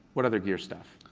what other gear stuff?